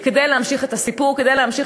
כדי להמשיך את הסיפור,